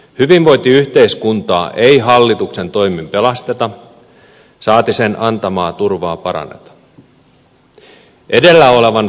hyvinvointiyhteiskuntaa ei hallituksen toimin pelasteta saati sen antamaa turvaa paranneta